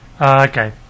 Okay